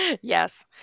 Yes